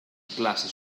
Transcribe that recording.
clase